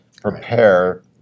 prepare